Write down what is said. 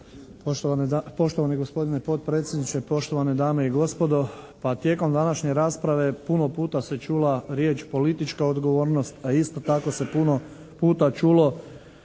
Poštovani gospodine potpredsjedniče, poštovane dame i gospodo. Pa, tijekom današnje rasprave puno puta se čula riječ politička odgovornost a isto tako se puno puta čulo